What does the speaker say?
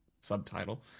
subtitle